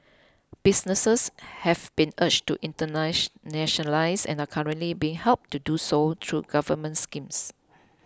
businesses have been urged to internationalise and are currently being helped to do so through government schemes